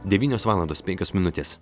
devynios valandos penkios minutės